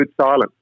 silence